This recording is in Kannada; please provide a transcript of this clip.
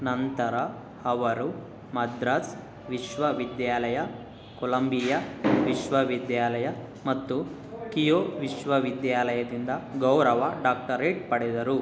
ನಂತರ ಅವರು ಮದ್ರಾಸ್ ವಿಶ್ವವಿದ್ಯಾಲಯ ಕೊಲಂಬಿಯಾ ವಿಶ್ವವಿದ್ಯಾಲಯ ಮತ್ತು ಕಿಯೋ ವಿಶ್ವವಿದ್ಯಾಲಯದಿಂದ ಗೌರವ ಡಾಕ್ಟರೇಟ್ ಪಡೆದರು